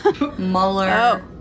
Mueller